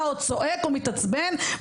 הוא צועק או מתעצבן,